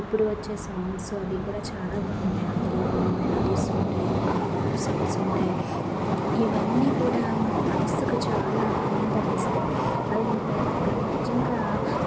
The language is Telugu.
ఇప్పుడు వచ్చే సాంగ్స్ అవి కూడా చాలా బాగుంటాయి అందులో కొన్ని మెలోడీస్ ఉంటాయి కొన్ని పాప్ సాంగ్స్ ఉంటాయి ఇవి అన్నీ కూడా మన మనసుకి ఆనందాన్ని ఇస్తాయి అవి మన యొక్క నిజంగ